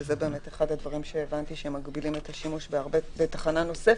שזה אחד הדברים שהבנתי שמגבילים את השימוש בתחנה נוספת,